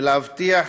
ולהבטיח